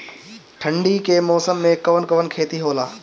ठंडी के मौसम में कवन कवन खेती होला?